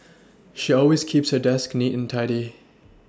she always keeps her desk neat and tidy